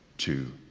two,